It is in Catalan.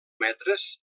metres